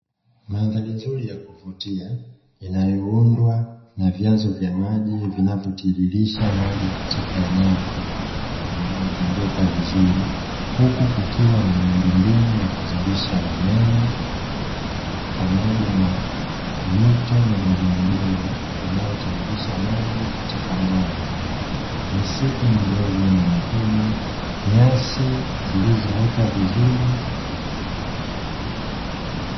Mandhari nzuri ya kuvutia inayoundwa na vyanzo vya maji vinavyotiririsha maji katika eneo hilo lililojengeka vizuri, huku kukiwa na miundombinu ya kuzalisha umeme pamoja na mito midogomidogo inayotiririsha maji katika bwawa hilo; misitu midogo na mikubwa nyasi zilizoota zivuri.